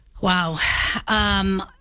Wow